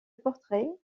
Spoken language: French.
portrait